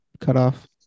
cutoff